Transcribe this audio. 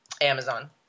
Amazon